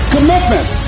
Commitment